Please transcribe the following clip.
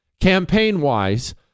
Campaign-wise